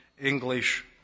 English